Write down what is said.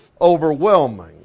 overwhelming